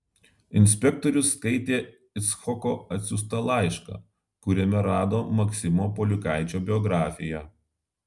inspektorius skaitė icchoko atsiųstą laišką kuriame rado maksimo polikaičio biografiją